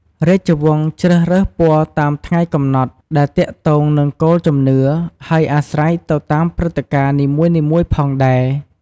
រាជវង្សជ្រើសរើសពណ៌តាមថ្ងៃកំណត់ ដែលទាក់ទងនឹងគោលជំនឿ ហើយអាស្រ័យទៅតាមព្រឹត្តិការណ៍នីមួយៗផងដែរ។